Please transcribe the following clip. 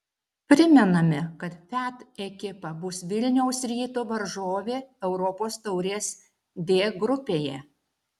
primename kad fiat ekipa bus vilniaus ryto varžovė europos taurės d grupėje